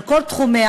על כל תחומיה,